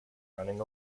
running